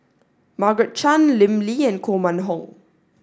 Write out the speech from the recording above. Margaret Chan Lim Lee and Koh Mun Hong